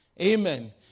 Amen